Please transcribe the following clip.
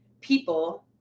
people